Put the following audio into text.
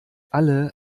alle